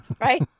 right